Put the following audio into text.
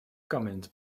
cummins